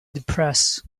depressed